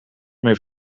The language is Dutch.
meer